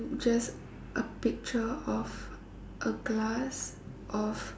just a picture of a glass of